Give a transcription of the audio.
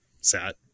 sat